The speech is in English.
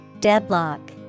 Deadlock